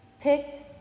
picked